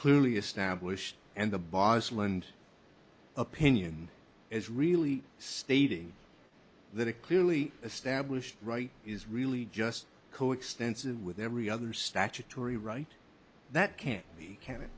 clearly established and the basel and opinion is really stating that it clearly established right is really just coextensive with every other statutory right that can't be